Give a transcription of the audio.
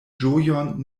ĝojon